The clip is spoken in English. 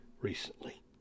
recently